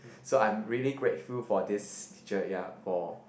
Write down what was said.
so I'm really grateful for this teacher ya for